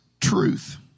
truth